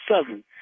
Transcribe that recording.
seven